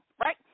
right